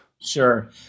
Sure